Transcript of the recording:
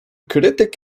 krytyk